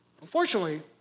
Unfortunately